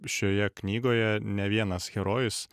šioje knygoje ne vienas herojus